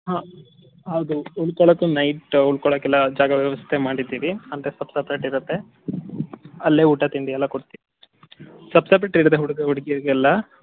ಹಾಂ ಹೌದು ಉಳ್ಕೊಳ್ಳೋಕ್ಕೆ ನೈಟ್ ಉಳ್ಕೊಳ್ಳೋಕ್ಕೆಲ್ಲ ಜಾಗದ ವ್ಯವಸ್ಥೆ ಮಾಡಿದ್ದೀವಿ ಅಂದರೆ ಸಪ್ ಸಪ್ರೇಟ್ ಇರತ್ತೆ ಅಲ್ಲೇ ಊಟ ತಿಂಡಿ ಎಲ್ಲ ಕೊಡ್ತೀವಿ ಸಪ್ ಸಪ್ರೇಟ್ ಇರತ್ತೆ ಹುಡುಗ ಹುಡುಗೀರಿಗೆಲ್ಲ